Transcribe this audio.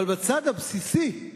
אבל בצד הבסיסי,